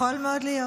יכול מאוד להיות.